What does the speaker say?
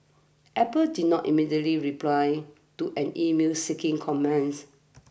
Apple did not immediately reply to an email seeking comments